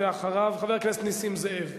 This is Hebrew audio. אחריו, חבר הכנסת נסים זאב.